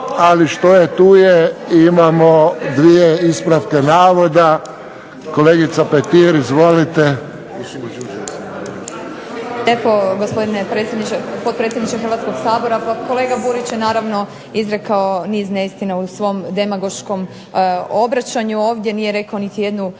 ali što je tu je. Imamo dvije ispravke navoda. Kolegica Petir, izvolite. **Petir, Marijana (HSS)** Hvala lijepo, gospodine potpredsjedniče Hrvatskoga sabora. Pa kolega Burić je naravno izrekao niz neistina u svom demagoškom obraćanju ovdje. Nije rekao niti jednu